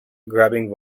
grabbing